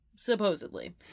supposedly